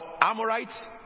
Amorites